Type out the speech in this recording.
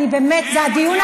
על הדוכן